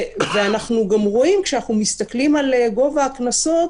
ואנחנו גם רואים, כשאנחנו מסתכלים על גובה הקנסות